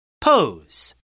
Pose